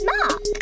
Mark